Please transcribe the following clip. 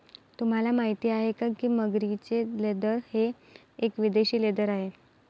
तुम्हाला माहिती आहे का की मगरीचे लेदर हे एक विदेशी लेदर आहे